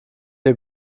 ihr